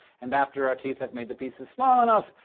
and after our teeth have made the pieces small enough,